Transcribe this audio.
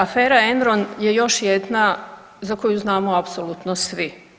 Afera Enron je još jedna za koju znamo apsolutno svi.